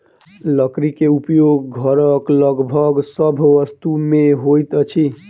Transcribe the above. लकड़ी के उपयोग घरक लगभग सभ वस्तु में होइत अछि